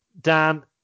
Dan